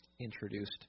introduced